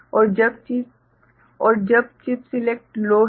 और जब chip select लो है